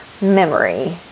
memory